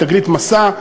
"תגלית" ו"מסע",